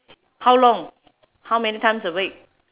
how long how many times a week